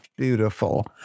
Beautiful